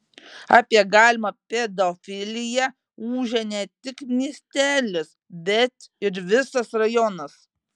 apie galimą pedofiliją ūžė ne tik miestelis bet ir visas rajonas